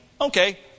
Okay